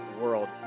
world